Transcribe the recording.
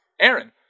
Aaron